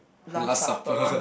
last supper